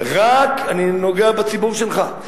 אני נוגע בציבור שלך,